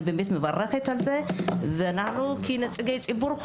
אני באמת מברכת על זה ואנחנו כנציגי ציבור,